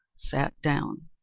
sat down.